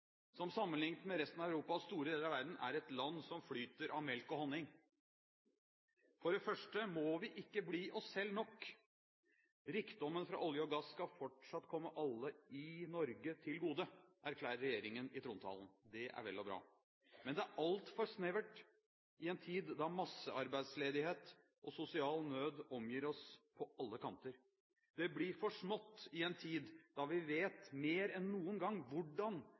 som sammenliknet med resten av Europa og store deler av verden er «et land som flyter av melk og honning»? For det første må vi ikke bli oss selv nok. «Rikdommen fra olje og gass skal fortsatt komme alle i Norge til gode», erklærer regjeringen i trontalen. Det er vel og bra. Men det er altfor snevert i en tid da massearbeidsledighet og sosial nød omgir oss på alle kanter. Det blir for smått i en tid da vi vet mer enn noen gang hvordan